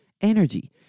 energy